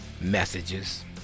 messages